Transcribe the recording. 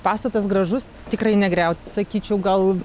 pastatas gražus tikrai negriaut sakyčiau gal